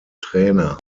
trainer